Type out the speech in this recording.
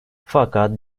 fakat